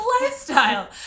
lifestyle